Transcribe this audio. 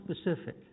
specific